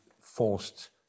forced